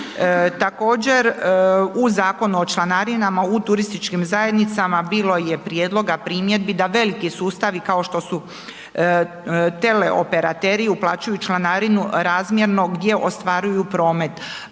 Također u Zakonu o članarinama u turističkim zajednicama bilo je prijedloga, primjedbi da veliki sustavi kao što su teleoperateri uplaćuju članarinu razmjerno gdje ostvaruju promet.